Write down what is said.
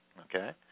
Okay